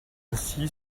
ainsi